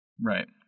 Right